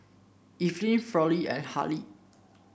Irvine Fronnie and Hali